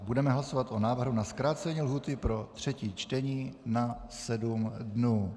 Budeme hlasovat o návrhu na zkrácení lhůty pro třetí čtení na sedm dnů.